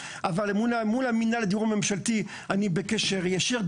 אבל מול הדיור הממשלתי אני בקשר ישיר.